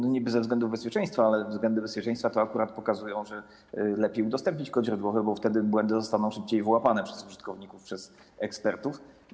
Niby ze względów bezpieczeństwa, ale względy bezpieczeństwa akurat pokazują, że lepiej udostępnić kod źródłowy, bo wtedy błędy zostaną szybciej wyłapane przez użytkowników, przez ekspertów.